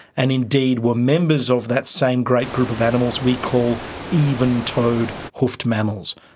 and indeed were members of that same great group of animals we call even-toed hoofed mammals,